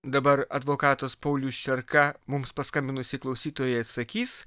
dabar advokatas paulius čerka mums paskambinusiai klausytojai atsakys